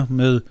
med